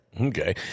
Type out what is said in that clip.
Okay